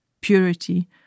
purity